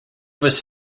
was